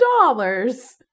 dollars